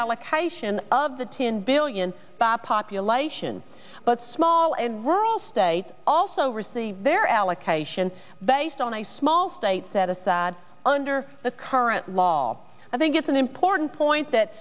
allocation of the ten billion by population but small and rural states also receive their allocation based on a small state set aside under the current law i think it's an important point that